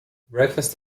breakfast